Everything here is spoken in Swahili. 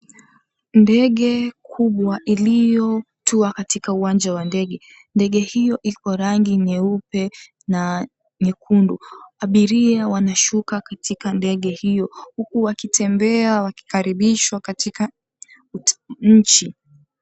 Ndege kubwa iliyotua katika uwanja wa ndege. Ndege hiyo iko rangi nyeupe na nyekundu. Abiria wanashuka katika ndege hiyo, huku wakitembea wakikaribishwa katika nchi.